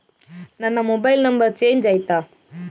ನನ್ನ mobile number change ಆಯ್ತಾ?